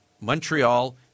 Montreal